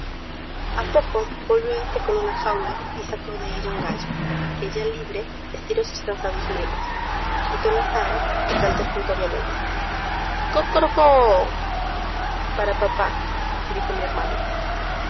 a poco volvió éste con una jaula y sacó de ella un gallo que ya libre estiró sus cansados miembros agitó las alas y cantó estentóreamente gocorocóoooo para papá dijo mi hermano